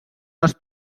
les